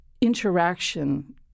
interaction